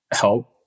help